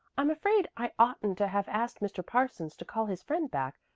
i'm afraid i oughtn't to have asked mr. parsons to call his friend back,